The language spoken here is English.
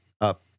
up